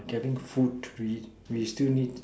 getting food we we still need